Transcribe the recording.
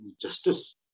justice